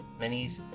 minis